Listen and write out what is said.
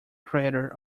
crater